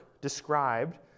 described